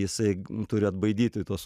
jisai turi atbaidyti tuos